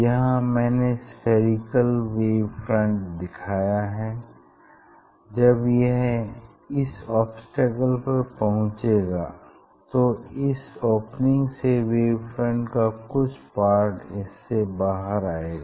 यहाँ मैने spherical wave front दिखाया है जब यह इस ओब्स्टेकल पर पहुंचेगा तो इस ओपनिंग से वेव फ्रंट का कुछ पार्ट इससे बाहर आएगा